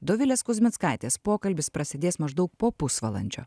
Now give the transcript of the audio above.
dovilės kuzmickaitės pokalbis prasidės maždaug po pusvalandžio